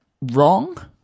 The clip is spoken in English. wrong